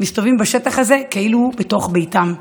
מסתובבים בשטח הזה כאילו בתוך ביתם.